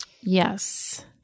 Yes